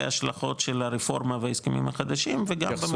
ההשלכות של הרפורמה וההסכמים החדשים ועוד.